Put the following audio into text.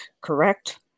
correct